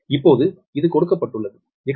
இப்போது இது கொடுக்கப்பட்டுள்ளது Xeq 0